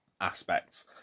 aspects